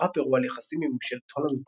שמרה פרו על יחסים עם ממשלת הולנד